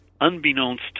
unbeknownst